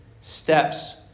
steps